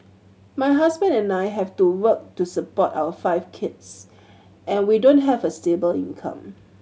my husband and I have to work to support our five kids and we don't have a stable income